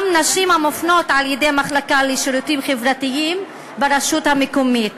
גם נשים המופנות על-ידי המחלקה לשירותים חברתיים ברשות המקומית,